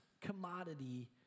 commodity